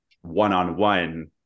one-on-one